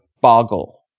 boggle